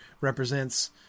represents